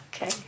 Okay